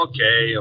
Okay